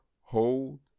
Hold